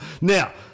now